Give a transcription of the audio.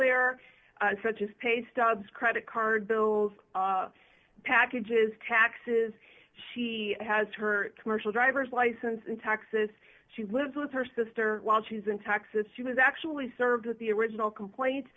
there such as pay stubs credit card bills packages taxes she has her commercial driver's license in texas she lives with her sister while she is in texas she was actually served with the original complaint